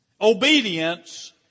Obedience